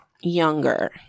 younger